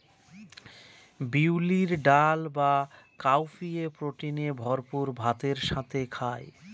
বিউলির ডাল বা কাউপিএ প্রোটিনে ভরপুর ভাতের সাথে খায়